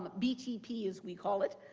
but btp as we call it.